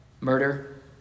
Murder